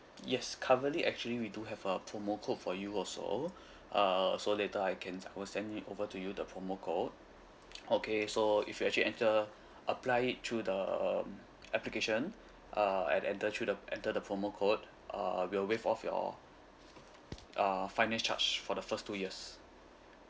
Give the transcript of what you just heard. yes currently actually we do have a promo code for you also uh so later I can I'll send it over to you the promo code okay so if you actually enter apply it through the application uh and enter through the enter the promo code uh we will waive off your uh finance charge for the first two years